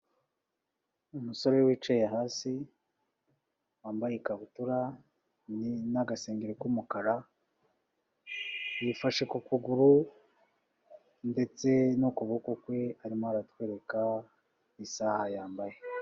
Umusore wicaye hasi wambaye ikabutura n'agasengeri k'umukara, yifashe ku kuguru ndetse no ku kuboko kwe arimo aratwereka isaha yambaye.